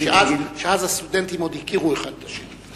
אז הסטודנטים עוד הכירו אחד את השני.